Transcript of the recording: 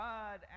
God